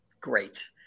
great